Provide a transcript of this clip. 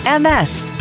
MS